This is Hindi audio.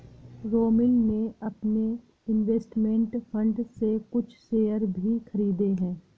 रोमिल ने अपने इन्वेस्टमेंट फण्ड से कुछ शेयर भी खरीदे है